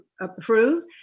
approve